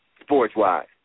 sports-wise